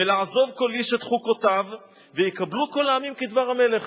"ולעזוב כל איש את חוקותיו ויקבלו כל העמים כדבר המלך."